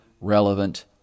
relevant